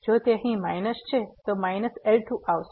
જો તે અહીં માઈનસ છે તો માઈનસ L2 આવશે